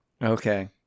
Okay